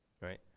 right